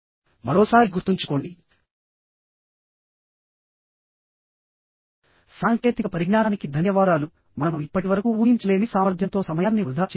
మరోసారి గుర్తుంచుకోండిసాంకేతిక పరిజ్ఞానానికి ధన్యవాదాలు మనం ఇప్పటి వరకు ఊహించలేని సామర్థ్యంతో సమయాన్ని వృధా చేయవచ్చు